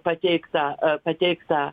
pateiktą pateiktą